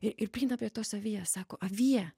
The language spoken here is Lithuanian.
ir ir prieina prie tos avies sako avie